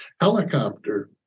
helicopter